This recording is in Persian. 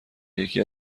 یکی